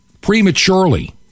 prematurely